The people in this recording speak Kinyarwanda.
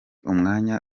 umwanya